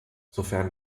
sofern